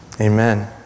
Amen